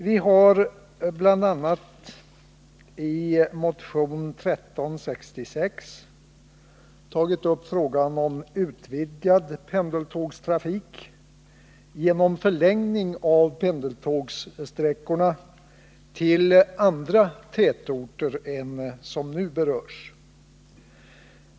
Vi har, bl.a. i motion 1366, tagit upp frågan om utvidgad pendeltågstrafik genom en förlängning av pendeltågssträckorna till andra tätorter än dem som nu berörs.